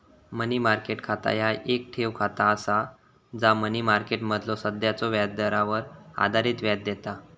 मनी market खाता ह्या येक ठेव खाता असा जा मनी मार्केटमधलो सध्याच्यो व्याजदरावर आधारित व्याज देता